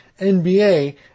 NBA